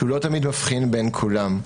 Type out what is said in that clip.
כשהוא לא תמיד מבחין בין כולם,